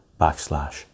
backslash